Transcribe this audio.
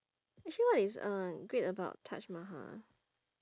actually what is uh great about taj mahal